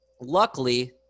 luckily